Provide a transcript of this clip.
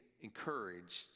encouraged